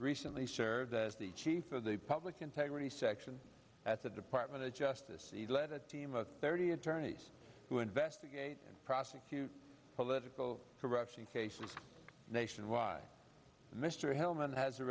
recently served as the chief of the public integrity section at the department of justice he led a team of thirty attorneys who investigate and prosecute political corruption cases nationwide mr hellman has a